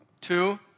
Two